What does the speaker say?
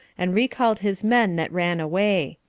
and recalled his men that ran away.